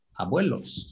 abuelos